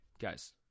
guys